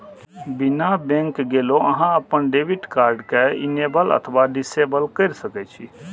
बिना बैंक गेलो अहां अपन डेबिट कार्ड कें इनेबल अथवा डिसेबल कैर सकै छी